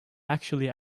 actually